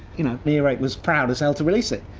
you know, earache was proud as hell to release it.